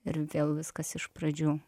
ir vėl viskas iš pradžių